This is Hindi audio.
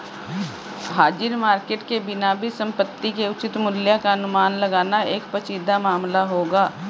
हाजिर मार्केट के बिना भी संपत्ति के उचित मूल्य का अनुमान लगाना एक पेचीदा मामला होगा